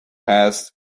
past